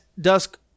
Dusk